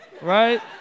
right